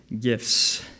gifts